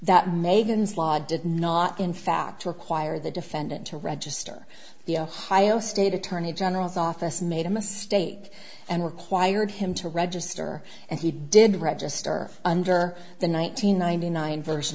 did not in fact require the defendant to register the ohio state attorney general's office made a mistake and required him to register and he did register under the one nine hundred ninety nine version